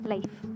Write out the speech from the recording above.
Life